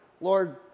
Lord